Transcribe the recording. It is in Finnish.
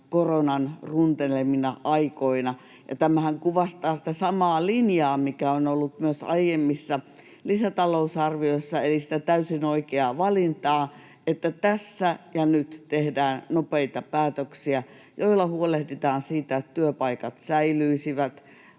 koronan runtelemina aikoina. Tämähän kuvastaa sitä samaa linjaa, mikä on ollut myös aiemmissa lisätalousarvioissa, eli sitä täysin oikeaa valintaa, että tässä ja nyt tehdään nopeita päätöksiä, joilla huolehditaan siitä, että työpaikat säilyisivät,